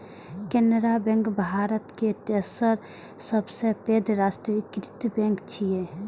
Canara bank भारतक तेसर सबसं पैघ राष्ट्रीयकृत बैंक छियै